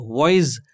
voice